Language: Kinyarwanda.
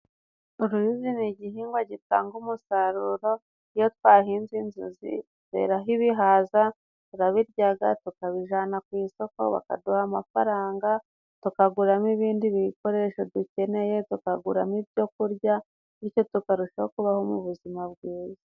Uruyuzi ni igihingwa gitanga umusaruro iyo twahinze inzuzi, zeraho ibihaza turabiryaga tukabijana ku isoko bakaduha amafaranga, tukaguramo ibindi bikoresho dukeneye. Tukaguramo ibyokurya bityo tukarushaho kubaho mu buzima bwiza.